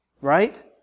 Right